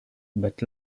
but